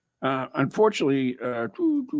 unfortunately